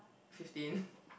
fifteen